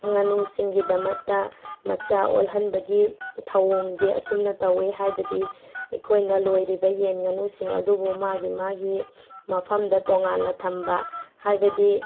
ꯉꯥꯅꯨꯁꯤꯡꯒꯤꯗꯃꯛꯇ ꯃꯆꯥ ꯑꯣꯜꯍꯟꯕꯒꯤ ꯊꯧꯑꯣꯡꯗꯤ ꯑꯁꯨꯝꯅ ꯇꯧꯋꯦ ꯍꯥꯏꯕꯗꯤ ꯑꯩꯈꯣꯏꯅ ꯂꯣꯏꯔꯤꯕ ꯌꯦꯟ ꯉꯥꯅꯨꯁꯤꯡ ꯑꯗꯨꯕꯨ ꯃꯥꯒꯤ ꯃꯥꯒꯤ ꯃꯐꯝꯗ ꯇꯣꯉꯥꯟꯅ ꯊꯝꯕ ꯍꯥꯏꯕꯗꯤ